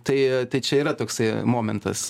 tai tai čia yra toksai momentas